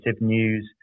news